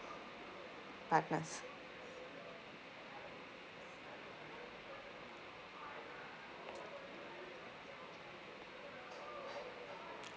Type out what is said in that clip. partners